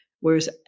whereas